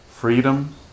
freedom